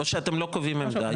או שאתם לא קובעים עמדה?